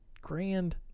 grand